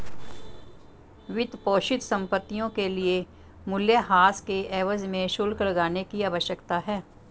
वित्तपोषित संपत्तियों के लिए मूल्यह्रास के एवज में शुल्क लगाने की आवश्यकता है